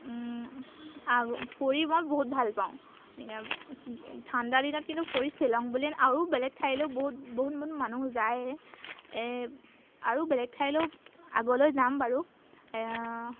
ফুৰি মই বহুত ভালপাওঁ ঠাণ্ডা দিনত কিন্তু ফুৰি শ্বিলং বুলি আৰু বেলেগ ঠাইলৈও বহুত বহুত বহুত মানুহ যায় এই আৰু বেলেগ ঠাইলৈও আগলৈ যাম বাৰু